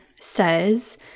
says